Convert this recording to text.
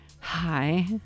hi